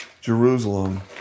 Jerusalem